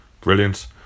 Brilliant